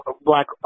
black